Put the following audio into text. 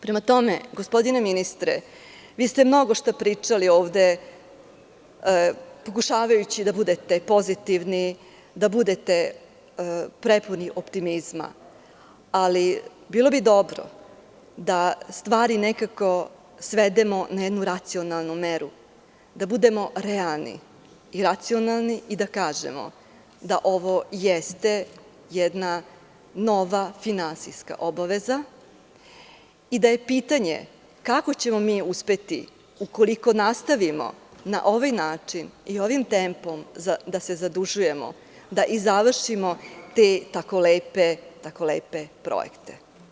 Prema tome, gospodine ministre, vi ste mnogo šta pričali ovde, pokušavajući da budete pozitivni, da budete prepuni optimizma, ali bilo bi dobro da stvari nekako svedemo na jednu racionalnu meru, da budemo realni i racionalni i da kažemo da ovo jeste jedna nova finansijska obaveza i da je pitanje kako ćemo uspeti, ukoliko nastavimo na ovaj način i ovim tempom da se zadužujemo, da završimo te tako lepe projekte.